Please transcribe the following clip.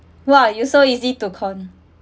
!wah! you so easy to con